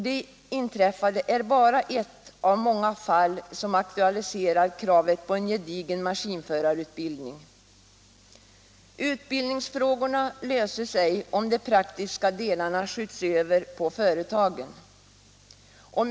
Det inträffade är bara ett av många fall som aktualiserar kravet på en gedigen maskinförarutbildning. Utbildningsfrågorna löses ej om de praktiska delarna skjuts över på företagen.